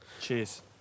Cheers